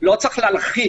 לא צריך להלחיץ,